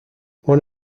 one